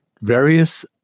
Various